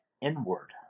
inward